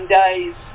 days